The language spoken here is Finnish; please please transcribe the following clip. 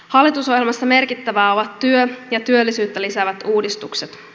hallitusohjelmassa merkittävää on työ ja työllisyyttä lisäävät uudistukset